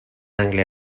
angle